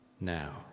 now